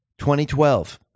2012